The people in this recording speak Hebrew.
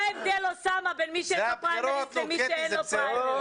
זה ההבדל בין מי שבפריימריז לבין מי שאין לו פריימריז.